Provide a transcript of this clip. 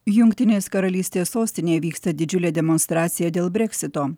jungtinės karalystės sostinėje vyksta didžiulė demonstracija dėl breksito